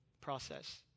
process